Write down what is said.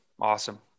Awesome